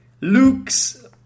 Luke's